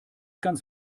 ganz